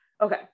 Okay